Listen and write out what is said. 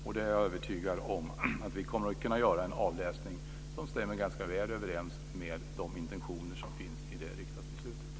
Jag är övertygad om att vi kommer att kunna göra en avläsning som stämmer ganska väl överens med de intentioner som fanns i det riksdagsbeslutet.